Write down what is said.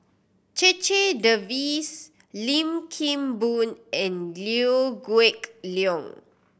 Checha Davies Lim Kim Boon and Liew Geok Leong